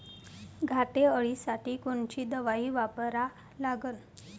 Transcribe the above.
घाटे अळी साठी कोनची दवाई वापरा लागन?